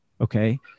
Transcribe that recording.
okay